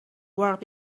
work